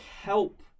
help